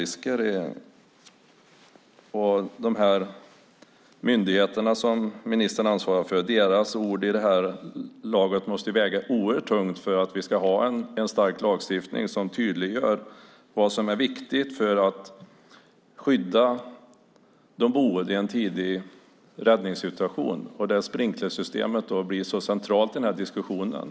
När det gäller de myndigheter som ministern ansvarar för måste väl deras ord i laget väga oerhört tungt med tanke på att vi ska ha en stark lagstiftning som tydliggör vad som är viktigt för att skydda de boende tidigt i en räddningssituation. Sprinklersystemet blir då mycket centralt i den här diskussionen.